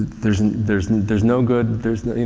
there's, there's, there's no good, there's, you